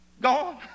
gone